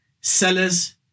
sellers